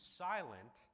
silent